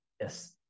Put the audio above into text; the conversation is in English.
Yes